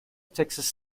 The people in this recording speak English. texas